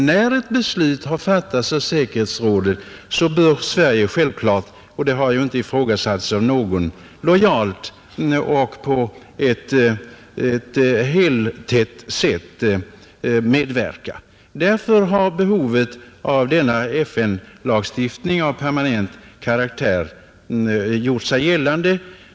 När ett beslut har fattats av säkerhetsrådet bör Sverige självfallet — det har inte ifrågasatts av någon — lojalt och på ett heltätt sätt medverka. Därför har behovet av denna FN-lagstiftning av permanent karaktär gjort sig gällande.